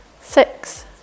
six